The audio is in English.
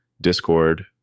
Discord